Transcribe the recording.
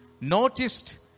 noticed